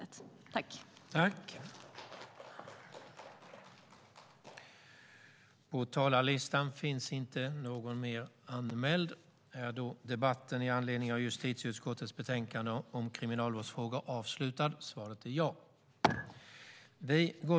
I detta anförande instämde Annika Eclund .